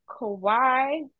Kawhi